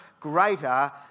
greater